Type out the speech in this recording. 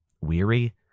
weary